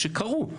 שקרו.